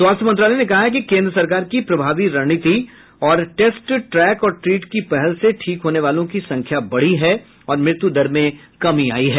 स्वास्थ्य मंत्रालय ने कहा है कि केंद्र सरकार की प्रभावी रणनीति और टेस्ट ट्रैक और ट्रीट की पहल से ठीक होने वालों की संख्या बढ़ी है और मृत्यु दर में कमी आई है